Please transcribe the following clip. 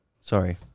Sorry